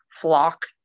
flock